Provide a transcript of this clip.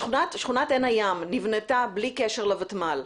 שכונת עין הים נבנתה בלי קשר לוותמ"ל.